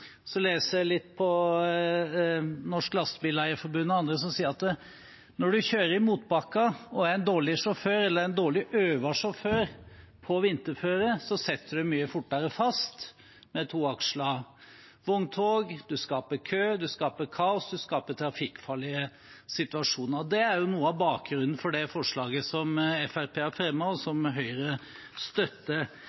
Så leser jeg litt hos Norges Lastebileier-Forbund og andre, som sier at når en kjører i motbakker og er en dårlig sjåfør eller en dårlig øvet sjåfør på vinterføre, sitter en mye fortere fast med toakslede vogntog, en skaper kø, en skaper kaos, en skaper trafikkfarlige situasjoner. Det er jo noe av bakgrunnen for det forslaget som Fremskrittspartiet har fremmet, og